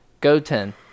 Goten